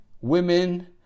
women